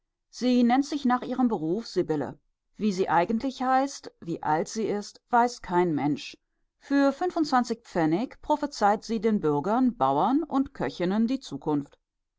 sie nennt sich nach ihrem beruf sibylle wie sie eigentlich heißt wie alt sie ist weiß kein mensch für fünfundzwanzig pfennig prophezeit sie den bürgern bauern und köchinnen die zukunft